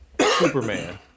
Superman